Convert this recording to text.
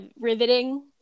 riveting